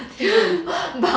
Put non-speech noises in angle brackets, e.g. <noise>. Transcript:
<laughs>